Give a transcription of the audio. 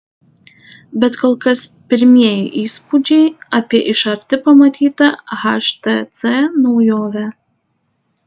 bet kol kas pirmieji įspūdžiai apie iš arti pamatytą htc naujovę